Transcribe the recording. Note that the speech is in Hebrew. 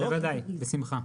בוודאי, בשמחה.